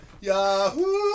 Yahoo